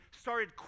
started